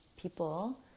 people